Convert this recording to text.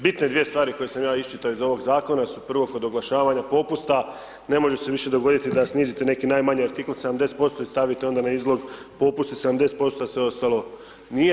Bitne dvije stvari koje sam ja iščitao iz ovog zakona su prvo kod oglašavanja popusta, ne može se više dogoditi da snizite neki najmanji artikl 70% i stavite onda na izlog popusti 70%, a sve ostalo nije.